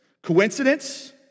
Coincidence